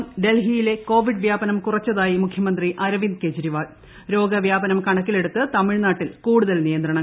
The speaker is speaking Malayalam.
കർശന ലോക്ക്ഡൌൺ ഡൽഹിയിലെ കോവിഡ് വ്യാപനം കുറച്ചതായി മുഖ്യമന്ത്രി അരവിന്ദ് കെജ്രിവാൾ രോഗവ്യാപനം കണ്ണുക്കിലെടുത്ത് തമിഴ്നാട്ടിൽ കൂടുതൽ നിയന്ത്രണങ്ങൾ